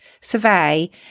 survey